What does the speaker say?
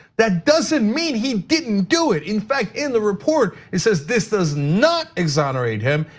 that doesn't mean he didn't do it. in fact, in the report, it says this does not exonerate him,